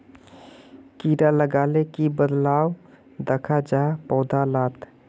कीड़ा लगाले की बदलाव दखा जहा पौधा लात?